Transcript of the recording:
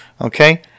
Okay